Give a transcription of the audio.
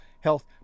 health